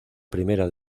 primera